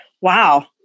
Wow